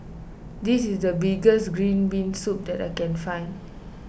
this is the best Green Bean Soup that I can find